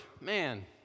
Man